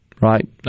right